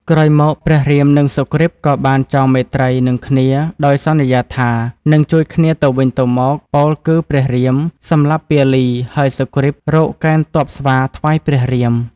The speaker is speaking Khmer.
ក្រោយមកព្រះរាម និងសុគ្រីពក៏បានចងមេត្រី នឹងគ្នាដោយសន្យាថា នឹងជួយគ្នាទៅវិញទៅមកពោល គឺព្រះរាម សម្លាប់ពាលីហើយសុគ្រីពរកកេណ្ឌទព័ស្វាថ្វាយព្រះរាម។